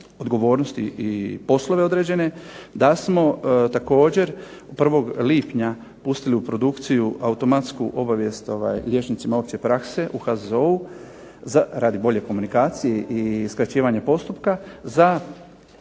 odgovornosti i poslove određene, da smo također 1. lipnja pustili u produkciju automatsku obavijest liječnicima opće prakse u HZZO-u radi bolje komunikacije i skraćivanja postupka, za